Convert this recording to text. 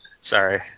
Sorry